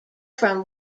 from